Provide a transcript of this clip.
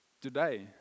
today